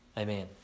Amen